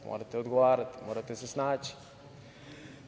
Morate odgovarati, morate se snaći.